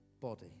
body